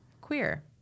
Queer